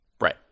Right